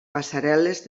passarel·les